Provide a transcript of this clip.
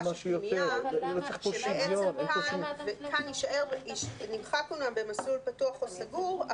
של פנימייה שבעצם כאן נמחק אמנם במסלול פתוח או סגור,